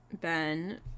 Ben